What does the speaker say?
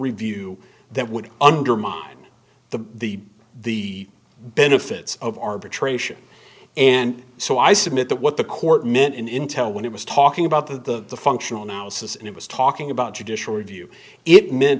review that would undermine the the the benefits of arbitration and so i submit that what the court meant in intel when it was talking about the functional analysis and it was talking about judicial review it meant